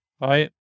right